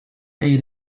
ate